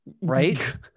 right